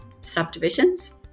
subdivisions